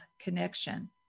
connection